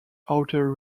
outer